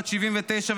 בת 79,